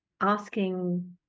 asking